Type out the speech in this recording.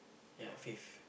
yeah fifth